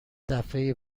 دفعه